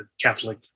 Catholic